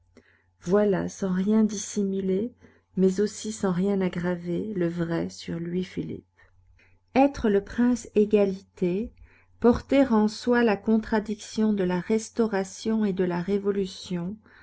voilà sans rien dissimuler mais aussi sans rien aggraver le vrai sur louis-philippe être le prince égalité porter en soi la contradiction de la restauration et de la révolution